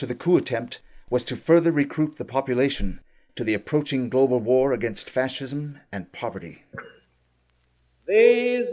to the coup attempt was to further recruit the population to the approaching global war against fascism and poverty they